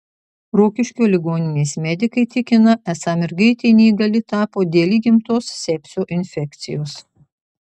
rokiškio ligoninės medikai tikina esą mergaitė neįgali tapo dėl įgimtos sepsio infekcijos